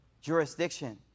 jurisdiction